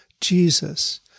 Jesus